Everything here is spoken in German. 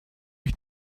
ich